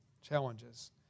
challenges